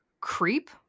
creep